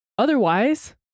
Otherwise